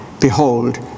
behold